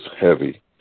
heavy